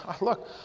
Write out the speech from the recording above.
look